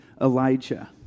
Elijah